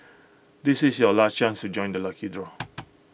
this is your last chance to join the lucky draw